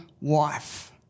wife